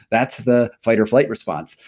that's the fight or flight response.